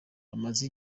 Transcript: bamaze